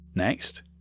Next